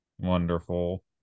Wonderful